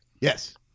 Yes